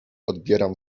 obieram